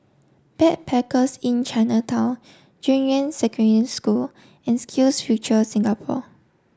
Backpackers Inn Chinatown Junyuan Secondary School and SkillsFuture Singapore